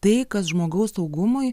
tai kas žmogaus saugumui